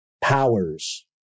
powers